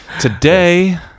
Today